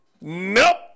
Nope